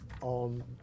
on